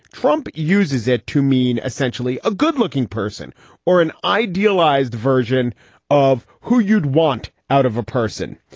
trump uses it to mean essentially a good looking person or an idealized version of who you'd want out of a person.